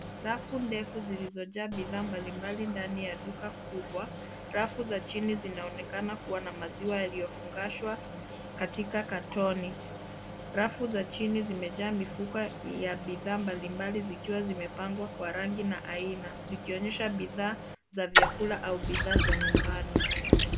Rafu ndefu zilizojaa bidhaa mbalimbali ndani ya duka kubwa. Rafu za chini zinaonekana kuwa na maziwa yaliyofungashwa katika katoni. Rafu za chini zimejaa mifuko ya bidhaa mbalimbali zikiwa zimepangwa kwa rangi na aina, zikionyesha bidhaa za vyakula au bidhaa za nyumbani.